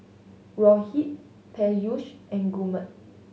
Rohit Peyush and Gurmeet